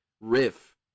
riff